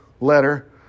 letter